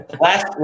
Last